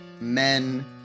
men